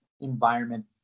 environment